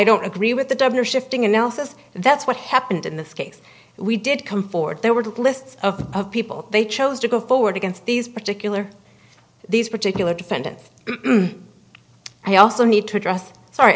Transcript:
don't agree with the doctor shifting analysis that's what happened in this case we did come forward there were two lists of people they chose to go forward against these particular these particular defendants i also need to address sorry